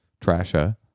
Trasha